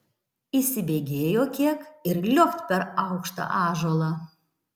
įsibėgėjo kiek ir liuokt per aukštą ąžuolą